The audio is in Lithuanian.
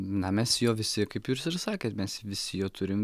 na mes jo visi kaip jūs ir sakėt mes visi jo turim